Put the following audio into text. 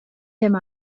him